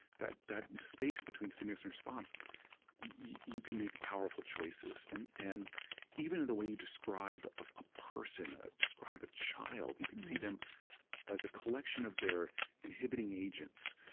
that that space between stimulus and response you can make powerful choices. and and even in the way you describe a person, ah describe a child. you can see them as a collection of their inhibiting agents,